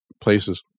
places